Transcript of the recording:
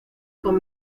con